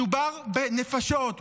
מדובר בנפשות,